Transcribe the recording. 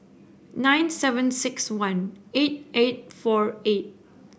nine seven six one eight eight four eight